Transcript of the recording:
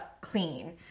clean